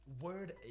word